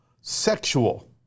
sexual